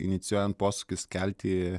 inicijuojant posūkius kelti